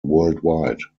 worldwide